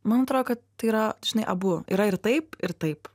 man atrodo kad tai yra žinai abu yra ir taip ir taip